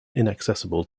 inaccessible